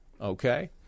okay